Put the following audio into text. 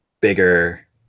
bigger